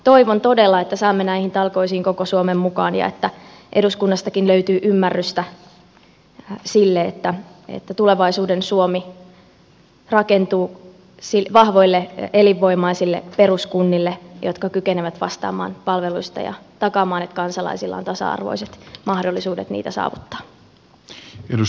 toivon todella että saamme näihin talkoisiin koko suomen mukaan ja että eduskunnastakin löytyy ymmärrystä sille että tulevaisuuden suomi rakentuu vahvoille elinvoimaisille peruskunnille jotka kykenevät vastaamaan palveluista ja takaamaan että kansalaisilla on tasa arvoiset mahdollisuudet niitä saavuttaa